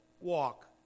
walk